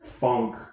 funk